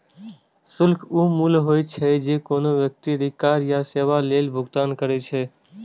शुल्क ऊ मूल्य होइ छै, जे कोनो व्यक्ति अधिकार या सेवा लेल भुगतान करै छै